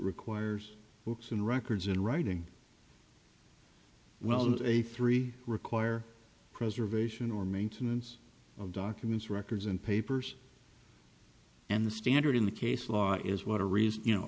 requires books and records in writing well that a three require preservation or maintenance of documents records and papers and the standard in the case law is what a reason you know